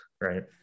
right